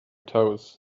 toes